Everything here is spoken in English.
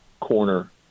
corner